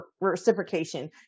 reciprocation